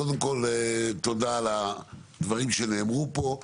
קודם כל תודה על הדברים שנאמרו פה.